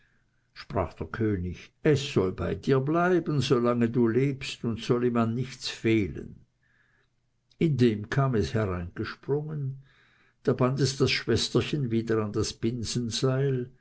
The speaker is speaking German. sprach der könig es soll bei dir bleiben so lange du lebst und soll ihm an nichts fehlen indem kam es hereingesprungen da band es das schwesterchen wieder an das